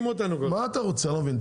מה אתה רוצה אני לא מבין,